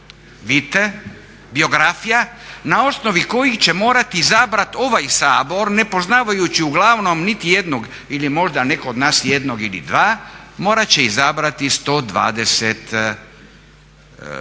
vitae biografija na osnovi kojih će morati izabrati ovaj Sabor, ne poznavajući uglavnom nitijednog ili možda netko od nas jednog ili dva morat će izabrati 120